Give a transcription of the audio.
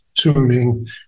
tuning